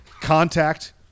contact